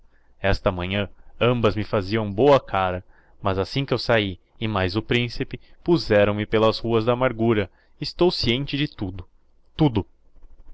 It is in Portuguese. esta manhã ambas me faziam boa cara mas assim que eu saí e mais o principe puzéram me pelas ruas da amargura estou sciente de tudo tudo